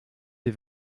des